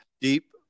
deep